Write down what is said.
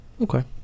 Okay